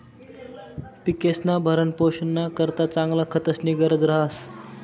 पिकेस्ना भरणपोषणना करता चांगला खतस्नी गरज रहास